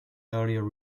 earlier